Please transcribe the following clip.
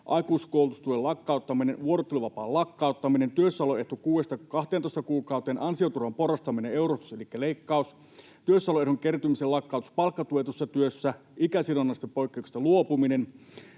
aikuiskoulutustuen lakkauttaminen, vuorotteluvapaan lakkauttaminen, työssäoloehto 6:sta 12 kuukauteen, ansioturvan porrastaminen euroissa elikkä leikkaus, työssäoloehdon kertymisen lakkautus palkkatuetussa työssä, ikäsidonnaisista poikkeuksista luopuminen.